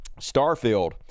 starfield